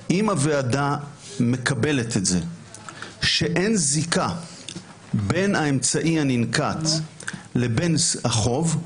אם הוועדה מקבלת שאין זיקה בין האמצעי הננקט לבין החוב,